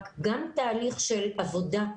גם תהליך של עבודה,